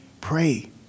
pray